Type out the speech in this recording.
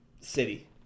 City